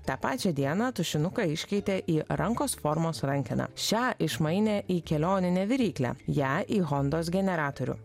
tą pačią dieną tušinuką iškeitė į rankos formos rankeną šią išmainė į kelioninę viryklę ją į hondos generatorių